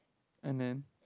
and then